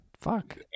Fuck